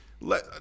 let